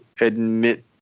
admit